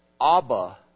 Abba